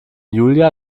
julia